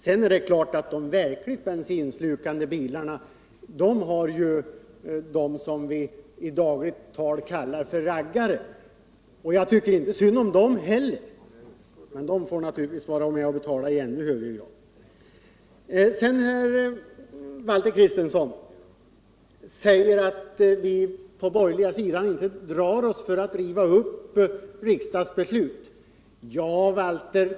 Det är klart att Nr 110 de verkligt bensinslukande bilarna har de som vi i dagligt tal kallar raggare. Onsdagen den Jag tycker inte synd om dem heller, men de får naturligtvis vara med och 5 april 1978 betala i ännu högre grad. Valter Kristenson säger att vi på den borgerliga sidan inte drar oss för att riva upp riksdagsbeslut.